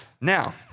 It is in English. Now